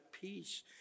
peace